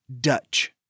Dutch